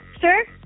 Sir